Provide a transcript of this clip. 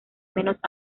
menos